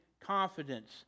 confidence